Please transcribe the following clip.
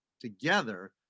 together